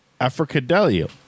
Africadelio